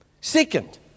Second